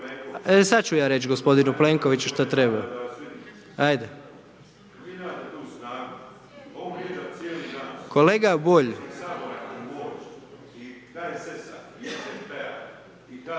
sada ću ja reći gospodinu Plenkoviću što treba, ajte. …/Upadica